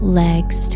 legs